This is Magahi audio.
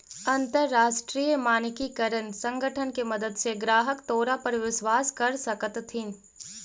अंतरराष्ट्रीय मानकीकरण संगठन के मदद से ग्राहक तोरा पर विश्वास कर सकतथीन